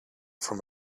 from